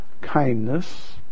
kindness